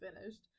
finished